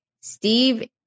Steve